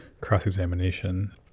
cross-examination